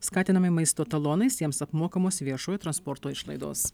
skatinami maisto talonais jiems apmokamos viešojo transporto išlaidos